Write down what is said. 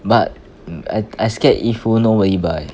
but I I scared 衣服 nobody buy